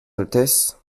altesse